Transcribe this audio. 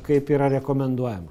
kaip yra rekomenduojama